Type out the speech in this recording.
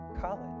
college